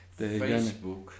Facebook